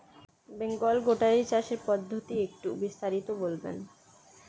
বেঙ্গল গোটারি চাষের পদ্ধতি একটু বিস্তারিত বলবেন?